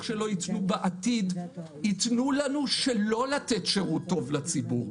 שלא יתנו בעתיד שלא לתת שירות טוב לציבור.